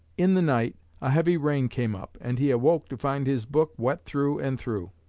in the night a heavy rain came up and he awoke to find his book wet through and through.